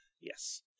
Yes